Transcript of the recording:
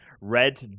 Red